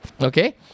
Okay